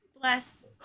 Bless